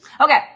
Okay